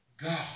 God